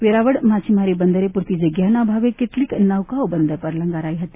વેરાવળ માછીમારી બંદરે પૂરતી જગ્યાના અભાવે કેટલીક નૌકાઓ બંદર પર લંગારાઈ હતી